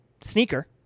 sneaker